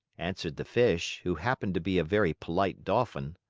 answered the fish, who happened to be a very polite dolphin.